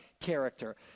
character